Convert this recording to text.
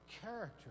character